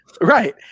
Right